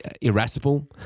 irascible